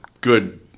good